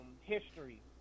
history